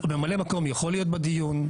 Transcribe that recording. ממלא המקום יכול להיות בדיון,